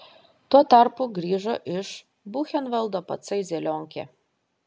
tuo tarpu grįžo iš buchenvaldo patsai zelionkė